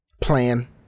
plan